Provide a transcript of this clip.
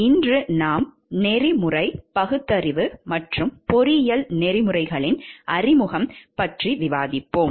இன்று நாம் நெறிமுறை பகுத்தறிவு மற்றும் பொறியியல் நெறிமுறைகளின் அறிமுகம் பற்றி விவாதிப்போம்